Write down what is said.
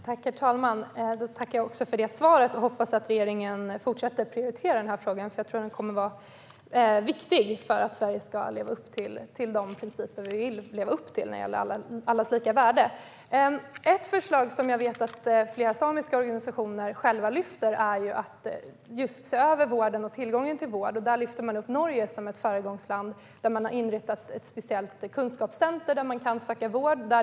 Herr talman! Jag tackar för det svaret, och jag hoppas att regeringen fortsätter att prioritera frågan. Den kommer att vara viktig för att Sverige ska leva upp till de principer vi vill att Sverige ska leva upp till när det gäller allas lika värde. Ett förslag som jag vet att flera samiska organisationer själva lyfter fram är att se över vården och tillgången till vård. Där lyfter de fram Norge som ett föregångsland. I Norge har inrättats ett speciellt kunskapscenter där man kan söka vård.